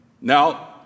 Now